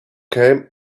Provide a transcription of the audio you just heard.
came